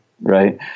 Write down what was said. Right